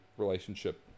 relationship